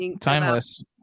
timeless